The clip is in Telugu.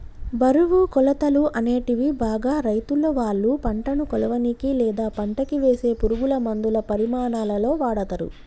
బరువు, కొలతలు, అనేటివి బాగా రైతులువాళ్ళ పంటను కొలవనీకి, లేదా పంటకివేసే పురుగులమందుల పరిమాణాలలో వాడతరు